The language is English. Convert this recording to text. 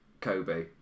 Kobe